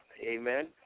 amen